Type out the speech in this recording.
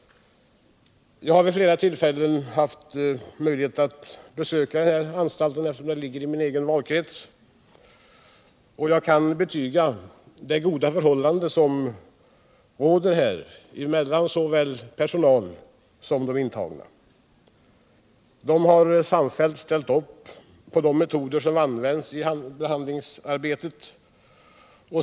Jag har flera gånger haft tillfälle att besöka denna anstalt, eftersom den ligger i min egen valkrets, och jag kan betyga det goda förhållande som råder mellan personal och intagna. De har samfällt ställt upp i fråga om de metoder som används i behandlingsarbetet.